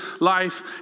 life